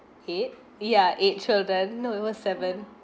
eight ya eight children no it was seven